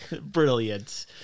Brilliant